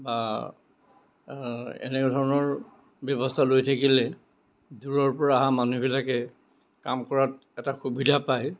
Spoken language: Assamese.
বা এনেধৰণৰ ব্য়ৱস্থা লৈ থাকিলে দূৰৰপৰা অহা মানুহবিলাকে কাম কৰাত এটা সুবিধা পায়